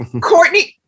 Courtney